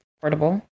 portable